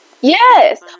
Yes